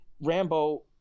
Rambo